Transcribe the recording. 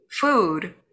food